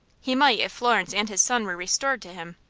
he might if florence and his son were restored to him.